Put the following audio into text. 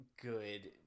good